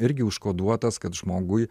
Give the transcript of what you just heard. irgi užkoduotas kad žmogui